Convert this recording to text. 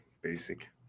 Basic